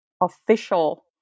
official